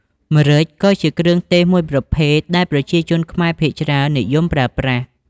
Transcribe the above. ម្រេចក៏ជាគ្រឿងទេសមួយប្រភេទដែលប្រជាជនខ្មែរភាគច្រើននិយមប្រើប្រាស់។